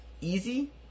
easy